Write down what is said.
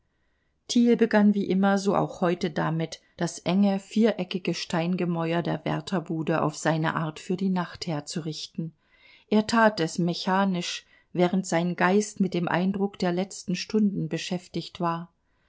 begann wie immer so auch heute damit das enge viereckige steingebauer der wärterbude auf seine art für die nacht herzurichten er tat es mechanisch während sein geist mit dem eindruck der letzten stunden beschäftigt war